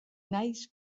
naiz